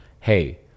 hey